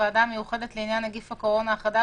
הוועדה המיוחדת לעניין נגיף הקורונה החדש